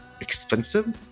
expensive